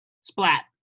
Splat